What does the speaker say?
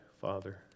father